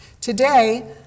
Today